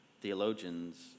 theologians